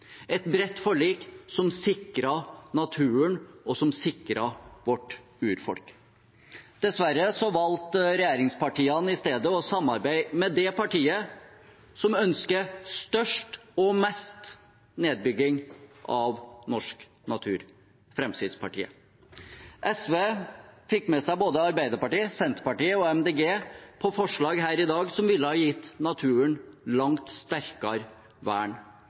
et bredt forlik som sikret naturen, og som sikret vårt urfolk. Dessverre valgte regjeringspartiene i stedet å samarbeide med det partiet som ønsker størst og mest nedbygging av norsk natur, Fremskrittspartiet. SV fikk med seg både Arbeiderpartiet, Senterpartiet og MDG på forslag her i dag som ville ha gitt naturen langt sterkere vern,